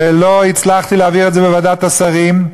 ולא הצלחתי להעביר את זה בוועדת השרים,